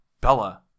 Bella